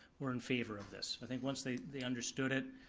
were in favor of this. i think once they they understood it,